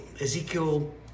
Ezekiel